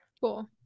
Cool